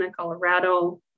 Colorado